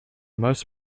most